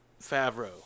Favreau